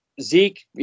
Zeke